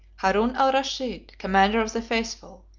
harun al rashid, commander of the faithful,